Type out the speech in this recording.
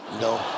No